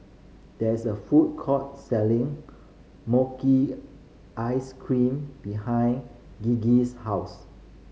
there is a food court selling ice cream behind Gigi's house